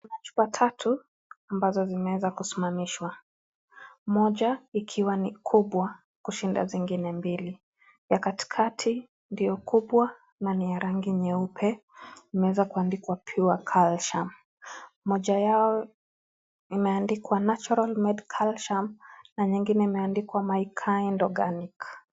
Kuna chupa tatu ambazo zimeweza kusimamishwa, moja ikiwa ni kubwa kushinda zingine mbili. Ya kati kati ndio kubwa na ni ya rangi nyeupe, imeweza kuandikwa " Pure calcium ". Moja yao imeandikwa " Natural made Calcium " na nyingine imeandikwa " My kind Organic "